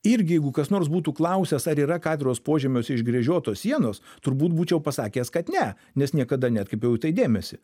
irgi jeigu kas nors būtų klausęs ar yra katedros požemiuose išgręžiotos sienos turbūt būčiau pasakęs kad ne nes niekada neatkreipiau į tai dėmesį